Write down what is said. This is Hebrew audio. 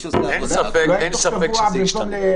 אין ספק שזה ישתנה.